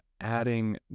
adding